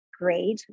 great